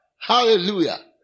Hallelujah